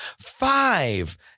Five